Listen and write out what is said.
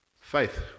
Faith